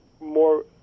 more